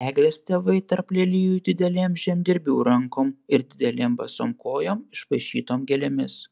eglės tėvai tarp lelijų didelėm žemdirbių rankom ir didelėm basom kojom išpaišytom gėlėmis